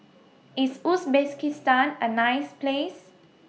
IS Uzbekistan A nice Place